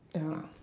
ya